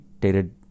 dated